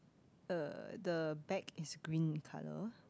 uh the back is green in colour